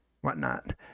whatnot